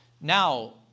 Now